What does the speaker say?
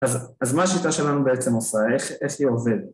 ‫אז מה השיטה שלנו בעצם עושה? ‫איך היא עובדת?